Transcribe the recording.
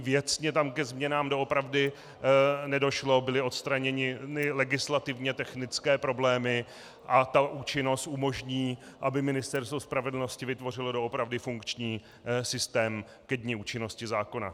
Věcně tam ke změnám doopravdy nedošlo, byly odstraněny legislativně technické problémy a ta účinnost umožní, aby Ministerstvo spravedlnosti vytvořilo doopravdy funkční systém ke dni účinnosti zákona.